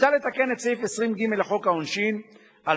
מוצע לתקן את סעיף 20(ג) לחוק העונשין על